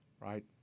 Right